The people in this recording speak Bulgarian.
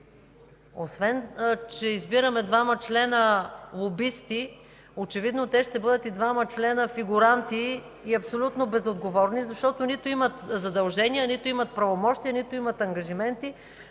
Освен че избираме двама членове лобисти, очевидно те ще бъдат и двама членове фигуранти и абсолютно безотговорни, защото нито имат задължения, нито имат правомощия, нито имат ангажименти,